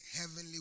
heavenly